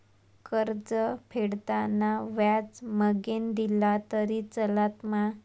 कर्ज फेडताना व्याज मगेन दिला तरी चलात मा?